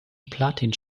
platin